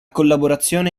collaborazione